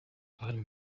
abari